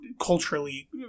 culturally